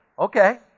Okay